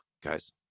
guys